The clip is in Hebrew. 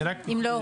אני רק --- חבר'ה,